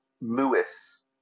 Lewis